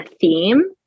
theme